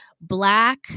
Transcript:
Black